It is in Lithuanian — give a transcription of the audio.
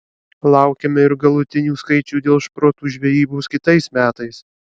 laukiame ir galutinių skaičių dėl šprotų žvejybos kitais metais